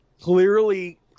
clearly